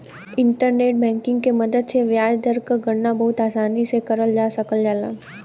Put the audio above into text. internet banking के मदद से ब्याज दर क गणना बहुत आसानी से करल जा सकल जाला